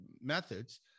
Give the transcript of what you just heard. methods